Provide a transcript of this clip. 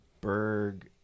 Berg